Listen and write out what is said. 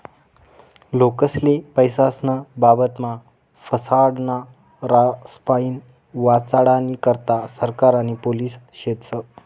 लोकेस्ले पैसास्नं बाबतमा फसाडनारास्पाईन वाचाडानी करता सरकार आणि पोलिस शेतस